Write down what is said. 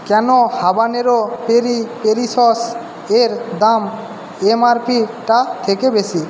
কেন habanero peri peri sauce এর দাম এমআরপি টা থেকে বেশি